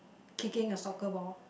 kicking a soccer ball